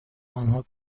آنها